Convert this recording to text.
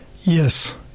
Yes